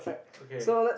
okay